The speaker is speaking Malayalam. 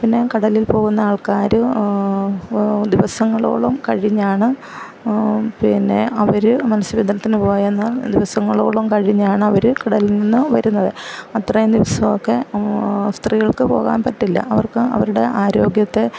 പിന്നേ കടലിൽ പോകുന്ന ആൾക്കാര് ദിവസങ്ങളോളം കഴിഞ്ഞാണ് പിന്നെ അവര് മൽസ്യബന്ധനത്തിന് പോയെന്നാൽ ദിവസങ്ങളോളം കഴിഞ്ഞാണ് അവര് കടലിൽ നിന്ന് വരുന്നത് അത്രയും ദിവസമൊക്കെ സ്ത്രീകൾക്ക് പോകാൻ പറ്റില്ല അവർക്ക് അവരുടെ ആരോഗ്യത്തെ